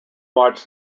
watch